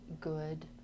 good